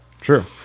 true